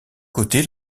côté